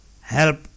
help